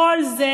כל זה